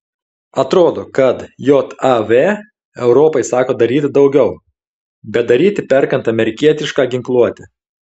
atrodo kad jav europai sako daryti daugiau bet daryti perkant amerikietišką ginkluotę